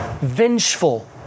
vengeful